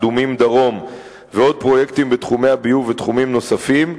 קדומים-דרום ועוד פרויקטים בתחומי הביוב ובתחומים נוספים,